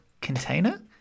container